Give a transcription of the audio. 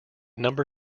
number